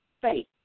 faith